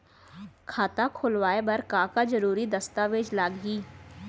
खाता खोलवाय बर का का जरूरी दस्तावेज लागही?